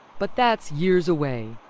but thats years away.